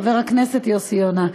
חבר הכנסת יוסי יונה,